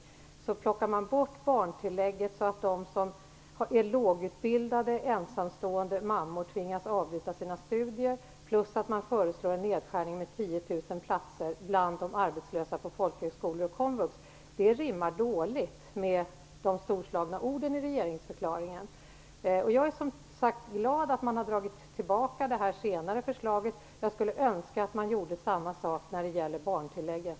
Ändå plockar man bort barntillägget så att lågutbildade, ensamstående mammor tvingas avbryta sina studier. Dessutom föreslår man en nedskärning med 10 000 platser bland de arbetslösa på folkhögskolor och komvux. Det rimmar illa med de storslagna orden i regeringsförklaringen. Jag är som sagt glad att man har dragit tillbaka det senare förslaget. Jag skulle önska att man gjorde samma sak när det gäller barntillägget.